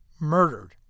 murdered